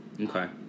Okay